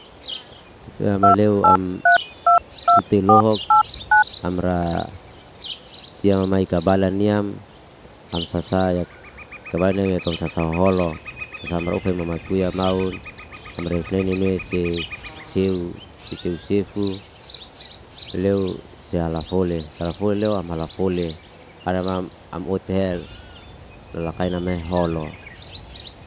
Tefea maleu am uti lohok amra sia mamai kabalan niam hamsa sai yak kabail nawia kumusasaholo sasama rauf e mama tuya maun amreif nene me se seu seseu sefu leo sehala fole sala fole leo amala fole adamam am ote hel lakai na mele holo